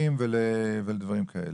לערעורים ולדברים כאלה.